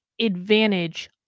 advantage